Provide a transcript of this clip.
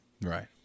right